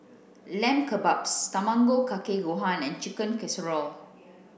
Lamb Kebabs Tamago kake gohan and Chicken Casserole